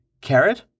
Carrot